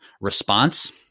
response